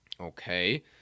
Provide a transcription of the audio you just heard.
Okay